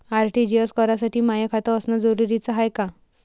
RTGS करासाठी माय खात असनं जरुरीच हाय का?